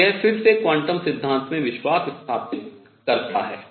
और यह फिर से क्वांटम सिद्धांत में विश्वास स्थापित करते हैं